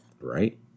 Right